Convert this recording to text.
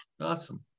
Awesome